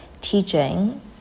teaching